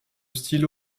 style